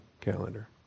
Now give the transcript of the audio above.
calendar